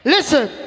Listen